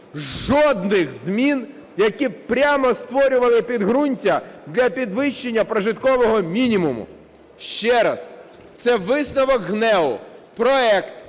жодних змін, які б прямо створювали підґрунтя для підвищення прожиткового мінімуму. Ще раз, це висновок ГНЕУ: проект